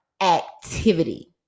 activity